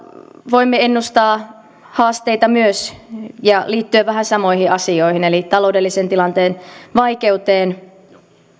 voimme ennustaa haasteita myös liittyen vähän samoihin asioihin eli taloudellisen tilanteen vaikeuteen